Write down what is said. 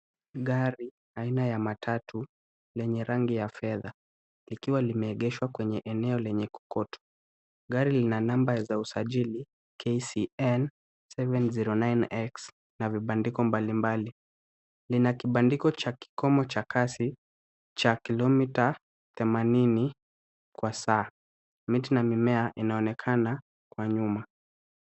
Gari aina ya matatu lenye rangi ya fedha likiwa limeegeshwa kwenye eneo lenye kokoto. Gari lina namba za usajili KCN 709X na vibandiko mbalimbali. Lina kibandiko cha kikomo cha kasi cha kilomita themanini kwa saa. Miti na mimea inaonekana kwa nyuma.